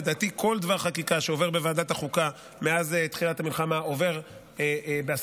לדעתי כל דבר חקיקה שעובר בוועדת החוקה מאז תחילת המלחמה עובר בהסכמות,